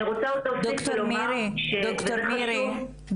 אני רוצה עוד להוסיף ולומר --- דוקטור מירי,